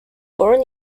born